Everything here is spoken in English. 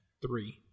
Three